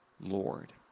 Lord